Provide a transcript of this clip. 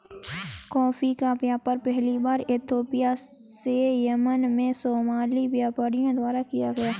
coffee का व्यापार पहली बार इथोपिया से यमन में सोमाली व्यापारियों द्वारा किया गया